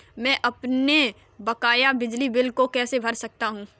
मैं अपने बकाया बिजली बिल को कैसे भर सकता हूँ?